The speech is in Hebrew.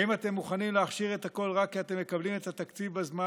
האם אתם מוכנים להכשיר את הכול רק כי אתם מקבלים את התקציב בזמן?